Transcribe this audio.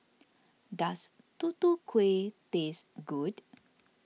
does Tutu Kueh taste good